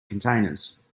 containers